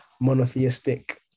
monotheistic